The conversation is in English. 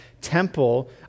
temple